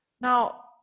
Now